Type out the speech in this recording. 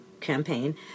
campaign